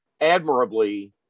admirably –